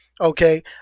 okay